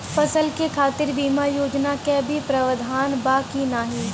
फसल के खातीर बिमा योजना क भी प्रवाधान बा की नाही?